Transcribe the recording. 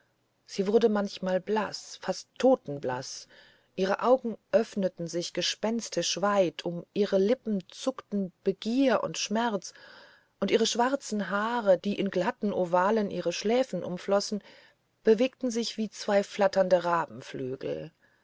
sie wurde manchmal blaß fast totenblaß ihre augen öffneten sich gespenstisch weit um ihre lippen zuckten begier und schmerz und ihre schwarzen haare die in glatten ovalen ihre schläfen umschlossen bewegten sich wie zwei flatternde